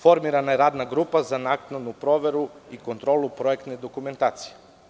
Formirana je radna grupa za naknadnu proveru i kontrolu projektne dokumentacije.